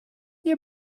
nie